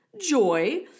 joy